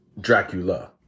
Dracula